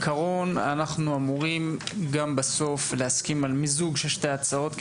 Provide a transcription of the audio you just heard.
בעיקרון אנחנו אמורים בסוף גם להסכים על מיזוג של שתי ההצעות,